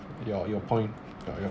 your your point your your